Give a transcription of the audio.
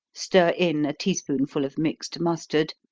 stir in a tea spoonful of mixed mustard,